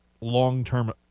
long-term